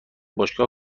باشگاه